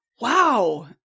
Wow